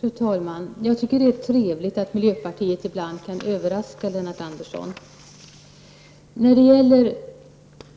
Fru talman! Jag tycker att det är trevligt att miljöpartiet ibland kan överraska Lennart Andersson.